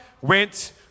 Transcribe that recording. went